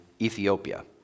Ethiopia